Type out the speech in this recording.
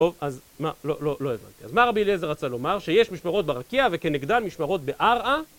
טוב, אז מה, לא הבנתי, אז מה רבי אלעזר רצה לומר, שיש משמרות ברקיע וכנגדם משמרות בעראה?